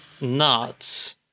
nuts